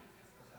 אתה